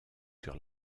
sur